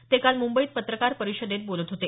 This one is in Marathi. ते काल मुंबईत पत्रकार परिषदेत बोलत होते